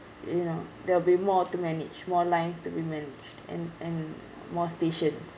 you know they'll be more to manage more lines to be managed and and more stations